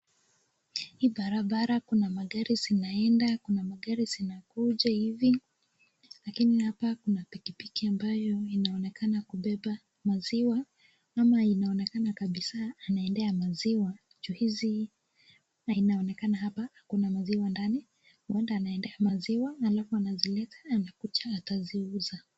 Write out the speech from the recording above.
Hii barabara kuna magari zinaenda, kuna magari zinakuja hivi. Lakini hapa kuna pikipiki ambayo inaonekana kubeba maziwa ama inaonekana kabisa anaendea maziwa. Na inaonekana hapa hakuna maziwa ndani, huenda anaendea maziwa alafu anazileta anakuja ataziuza.